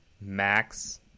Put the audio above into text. max